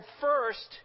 first